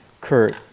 Kurt